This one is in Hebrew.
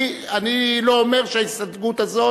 אני לא אומר שההסתייגות הזאת,